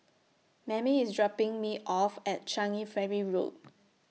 Mammie IS dropping Me off At Changi Ferry Road